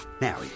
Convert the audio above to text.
Now